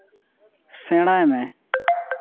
ᱥᱮᱲᱟᱭ ᱢᱮ